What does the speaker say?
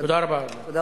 תודה רבה, אדוני.